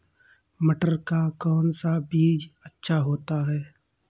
मटर का कौन सा बीज अच्छा होता हैं?